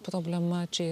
problema čia